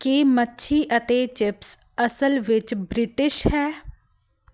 ਕੀ ਮੱਛੀ ਅਤੇ ਚਿਪਸ ਅਸਲ ਵਿੱਚ ਬ੍ਰਿਟਿਸ਼ ਹੈ